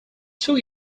two